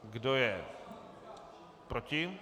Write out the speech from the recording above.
Kdo je proti?